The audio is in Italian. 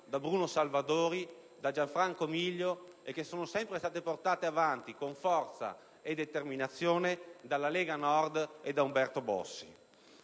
da Bruno Salvadori e da Gianfranco Miglio e che sono state sempre portate avanti con forza e determinazione dalla Lega Nord e da Umberto Bossi.